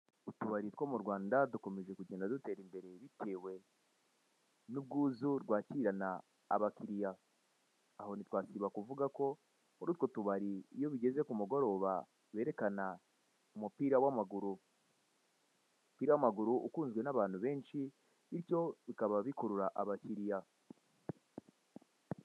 Utubari two mu Rwanda dukomeje kugenda dutera imbere, bitewe n'ubwuzu twakirana abakiriya, aho ntitwasiba kuvuga ko, muri utwo tubari iyo bigeze ku mugoroba berekana umupira w'amaguru, umupira w'amaguru ukunzwe n'abantu benshi, bityo bikaba bikurura abakiriya.